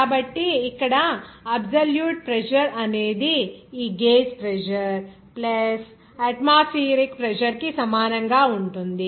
కాబట్టి ఇక్కడ absolute pressure అనేది ఈ gauge pressure plus atmospheric pressure కి సమానంగా ఉంటుంది